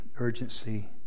Urgency